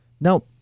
Now